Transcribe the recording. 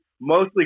mostly